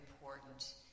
important